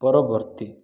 ପରବର୍ତ୍ତୀ